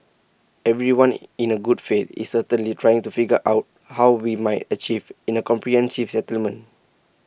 everyone in A good faith is certainly trying to figure out how we might achieve in A comprehensive settlement